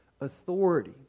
authority